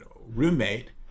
roommate